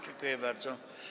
Dziękuję bardzo.